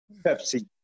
Pepsi